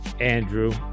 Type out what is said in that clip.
andrew